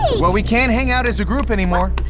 well we can't hang out as a group anymore.